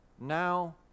Now